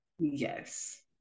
Yes